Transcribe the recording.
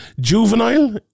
juvenile